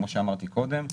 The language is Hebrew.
כמו שאמרתי קודם,